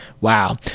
Wow